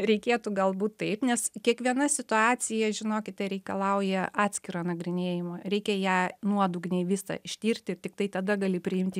reikėtų galbūt taip nes kiekviena situacija žinokite reikalauja atskiro nagrinėjimo reikia ją nuodugniai visą ištirti tiktai tada gali priimti